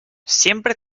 siempre